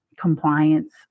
compliance